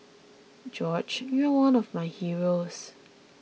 George you are one of my heroes